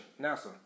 NASA